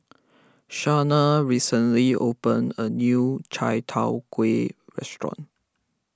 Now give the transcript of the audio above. Shana recently opened a new Chai Tow Kuay restaurant